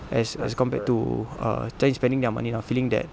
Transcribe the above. as as compared to err trying spending their money lah feeling that